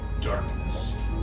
darkness